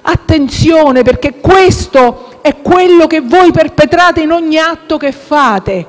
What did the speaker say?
Attenzione, perché questo è quello che voi perpetrate in ogni atto che fate,